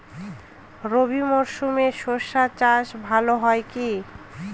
রবি মরশুমে সর্ষে চাস ভালো হয় কি?